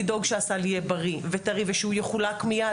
לדאוג שהסל יהיה בריא וטרי ושהוא יחולק מיד,